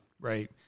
Right